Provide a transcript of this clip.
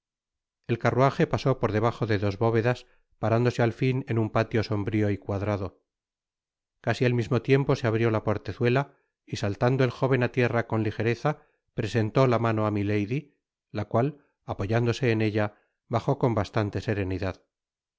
el carruaje pasó por debajo de dos bóvedas parándose al fin en un patio sombrio y cuadrado casi al mismo tiempo se abrió la portezuela y saltando el jóven a tierra con lijereza presentó la mano á milady la cual apoyándose en ella bajó con bastante serenidad